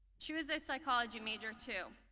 she was a psychology major too.